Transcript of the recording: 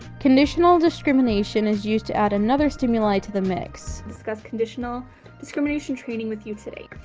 conditional discrimination is used to add another stimuli to the mix. discuss conditional discrimination training with you today.